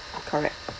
correct